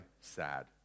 sad